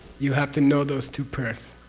you have to know those two prayers.